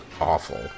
awful